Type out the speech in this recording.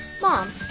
Mom